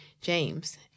James